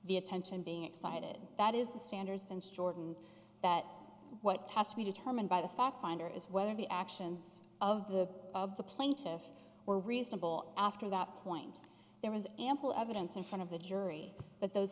the attention being excited that is the standard since jordan that what has to be determined by the fact finder is whether the actions of the of the plaintiffs were reasonable after that point there was ample evidence in front of the jury that those